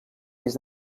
des